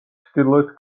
ჩრდილოეთ